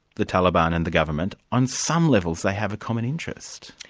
the taliban and the government, on some levels they have a common interest.